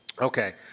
Okay